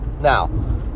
Now